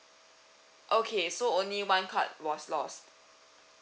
okay so only one card was lost